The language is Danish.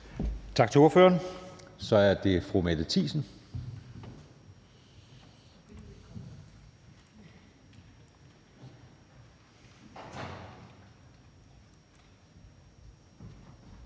Tak til ordføreren. Så er det hr. Kim Edberg